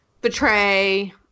betray